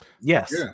Yes